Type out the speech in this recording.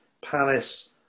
Palace